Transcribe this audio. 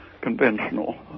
conventional